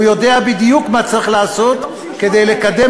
הוא יודע בדיוק מה צריך לעשות כדי לקדם